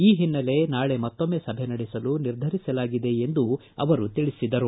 ಈ ಹಿನ್ನೆಲೆ ನಾಳೆ ಮತ್ತೊಮ್ಮೆ ಸಭೆ ನಡೆಸಲು ನಿರ್ಧರಿಸಲಾಗಿದೆ ಎಂದು ಅವರು ತಿಳಿಸಿದರು